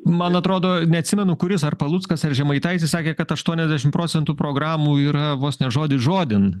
man atrodo neatsimenu kuris ar paluckas ar žemaitaitis sakė kad aštuoniasdešim procentų programų yra vos ne žodis žodin